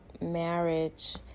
marriage